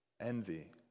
Envy